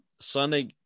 Sunday